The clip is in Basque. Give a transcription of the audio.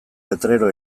letrero